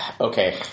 Okay